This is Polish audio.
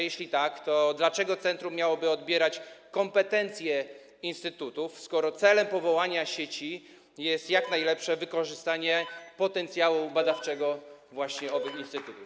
Jeśli tak, to dlaczego centrum miałoby odbierać kompetencje instytutom, skoro celem powołania sieci jest jak najlepsze wykorzystanie potencjału badawczego właśnie owych instytutów?